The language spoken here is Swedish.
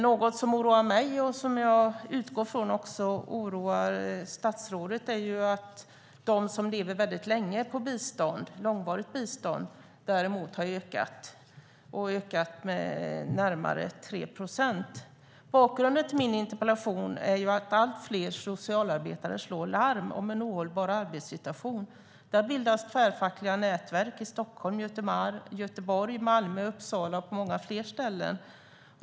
Något som oroar mig, och som jag utgår från också oroar statsrådet, är att andelen med långvarigt bistånd har ökat med närmare 3 procentenheter. Bakgrunden till min interpellation är att allt fler socialarbetare slår larm om en ohållbar arbetssituation. Det har bildats tvärfackliga nätverk i Stockholm, Göteborg, Malmö och Uppsala och på många fler ställen.